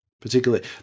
Particularly